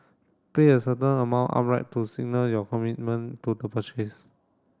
pay a certain amount to signal your commitment to the purchase